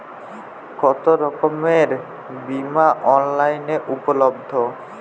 কতোরকমের বিমা অনলাইনে উপলব্ধ?